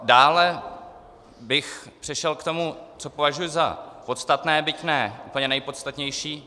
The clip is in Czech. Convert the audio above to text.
Dále bych přešel k tomu, co považuji za podstatné, byť ne úplně nejpodstatnější.